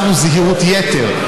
נקטנו זהירות יתר,